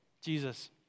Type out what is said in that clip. Jesus